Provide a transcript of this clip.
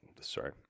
sorry